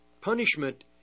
punishment